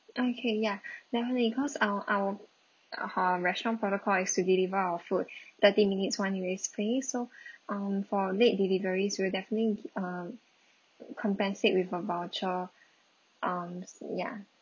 okay ya definitely cause our our uh restaurant protocol is to deliver our food thirty minutes one place so um for late deliveries we'll definitely um compensate with a voucher um ya